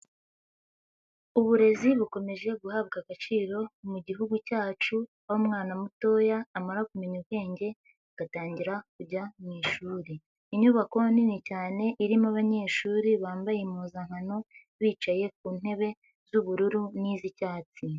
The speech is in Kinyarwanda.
Uburezi bukomeje guhabwa agaciro mu gihugu cyacu, aho umwana mutoya amara kumenya ubwenge agatangira kujya mu ishuri. Inyubako nini cyane irimo abanyeshuri bambaye impuzankano bicaye ku ntebe z'ubururu n'iz'icyatsi.